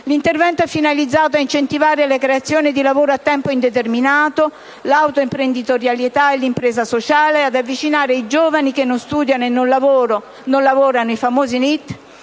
L'intervento è finalizzato ad incentivare la creazione di lavoro a tempo indeterminato, l'autoimprenditorialità e l'impresa sociale e ad avvicinare i giovani che non studiano e non lavorano (i famosi